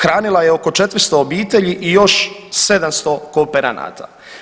Hranila je oko 400 obitelji i još 700 kooperanata.